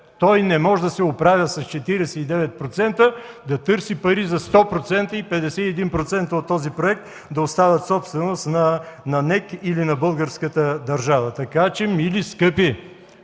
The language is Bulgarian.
Той не може да се оправи с 49%, да търси пари за 100% и 51% от този проект да останат собственост на НЕК или на българската държава. Така че, мили, скъпи,